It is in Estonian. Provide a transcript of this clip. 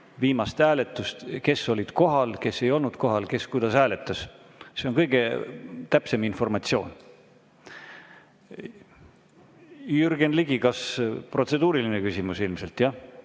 viimast hääletust, kes olid kohal, kes ei olnud kohal, kes kuidas hääletas. See on kõige täpsem informatsioon. Jürgen Ligi, kas protseduuriline küsimus? Ilmselt jah,